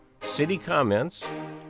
citycomments